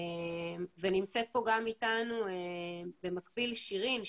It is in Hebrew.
נמצאת איתנו גם במקביל שירין,